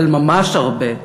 אבל ממש הרבה,